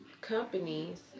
companies